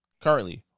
Currently